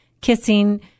kissing